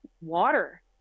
water